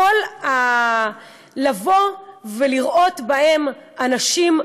לבוא ולראות בהם אנשים נאורים,